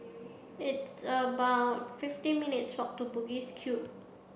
it's about fifty minutes' walk to Bugis Cube